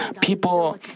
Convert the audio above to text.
People